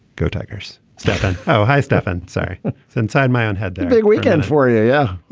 go tigers. stefan oh hi stefan. say inside my own head big weekend for you. yeah.